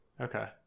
Okay